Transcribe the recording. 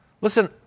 listen